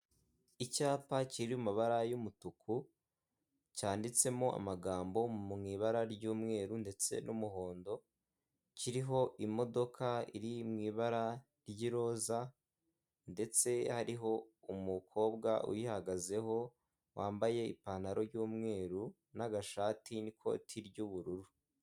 Icyapa kiri mubara y'umutuku cyanditsemo amagambo mu ibara ry'umweru ndetse n'umuhondo, kiriho imodoka iri mu ibara ry'iroza ndetse hariho umukobwa uyihagazeho wambaye ipantaro y'umweru n'agashati n'ikoti ry'ubururu.